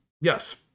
Yes